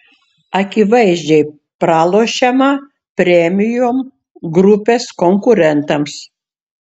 akivaizdžiai pralošiama premium grupės konkurentams